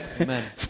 Amen